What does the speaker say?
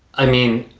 i mean,